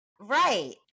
Right